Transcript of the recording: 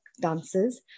dancers